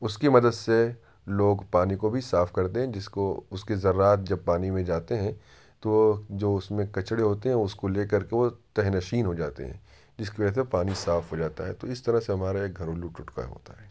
اس کی مدد سے لوگ پانی کو بھی صاف کرتے ہیں جس کو اس کے ذرات جب پانی میں جاتے ہیں تو جو اس میں کچرے ہوتے ہیں اس کو لے کرکے وہ تہہ نشین ہو جاتے ہیں جس کی وجہ سے پانی صاف ہو جاتا ہے تو اس طرح سے ہمارے گھریلو ٹوٹکا ہوتا ہے